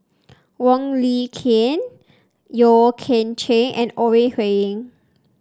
Wong Lin Ken Yeo Kian Chye and Ore Huiying